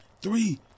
Three